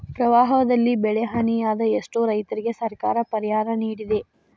ಪ್ರವಾಹದಲ್ಲಿ ಬೆಳೆಹಾನಿಯಾದ ಎಷ್ಟೋ ರೈತರಿಗೆ ಸರ್ಕಾರ ಪರಿಹಾರ ನಿಡಿದೆ